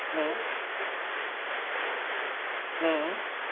हमम हमम